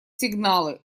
сигналы